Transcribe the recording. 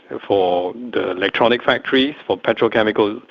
and for electronic factories, for petrochemicals,